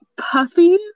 Puffy